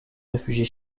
réfugier